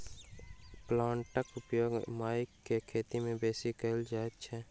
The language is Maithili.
प्लांटरक उपयोग मकइ के खेती मे बेसी कयल जाइत छै